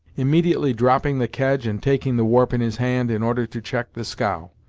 immediately dropping the kedge and taking the warp in his hand in order to check the scow.